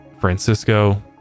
francisco